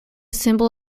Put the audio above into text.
symbol